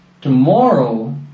tomorrow